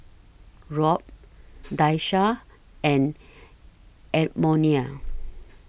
Rob Daisha and Edmonia